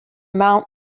mount